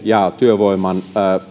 ja työvoiman